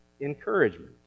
encouragement